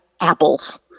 Apples